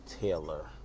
Taylor